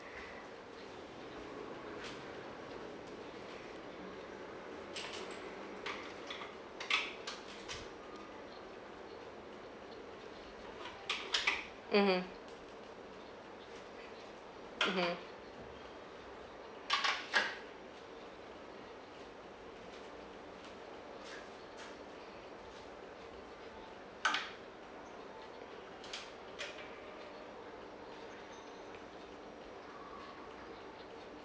mmhmm mmhmm